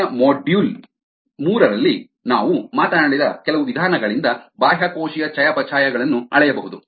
ಹಿಂದಿನ module module ಮೂರರಲ್ಲಿ ನಾವು ಮಾತನಾಡಿದ ಕೆಲವು ವಿಧಾನಗಳಿಂದ ಬಾಹ್ಯಕೋಶೀಯ ಚಯಾಪಚಯಗಳನ್ನು ಅಳೆಯಬಹುದು